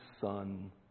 son